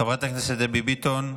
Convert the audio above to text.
חברת הכנסת דבי ביטון,